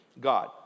God